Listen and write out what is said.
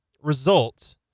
result